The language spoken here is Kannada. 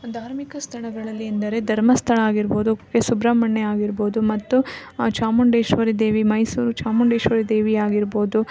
ಧಾರ್ಮಿಕ ಸ್ಥಳಗಳಲ್ಲಿ ಅಂದರೆ ಧರ್ಮಸ್ಥಳ ಆಗಿರ್ಬೋದು ಕುಕ್ಕೆ ಸುಬ್ರಹ್ಮಣ್ಯ ಆಗಿರ್ಬೋದು ಮತ್ತು ಚಾಮುಂಡೇಶ್ವರಿ ದೇವಿ ಮೈಸೂರು ಚಾಮುಂಡೇಶ್ವರಿ ದೇವಿ ಆಗಿರ್ಬೋದು